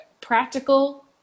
practical